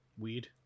weed